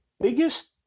biggest